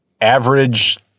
average